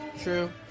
True